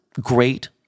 great